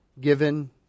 given